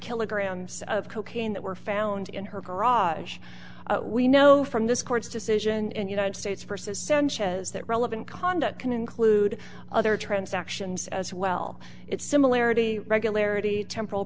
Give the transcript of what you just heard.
kilograms of cocaine that were found in her garage we know from this court's decision in united states versus sanchez that relevant conduct can include other transactions as well it's similarity regularity temp